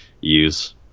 use